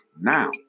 now